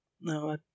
no